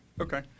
Okay